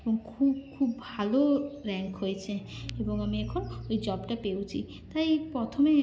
এবং খুব খুব ভালো র্যাঙ্ক হয়েছে এবং আমি এখন ওই জবটা পেয়েওছি তাই প্রথমে